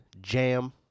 JAM